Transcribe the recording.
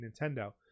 Nintendo